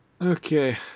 okay